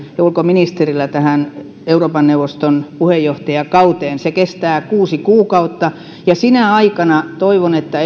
ja ulkoministerillä on liittyen tähän euroopan neuvoston puheenjohtajakauteen se kestää kuusi kuukautta ja toivon että